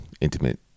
intimate